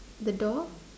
the door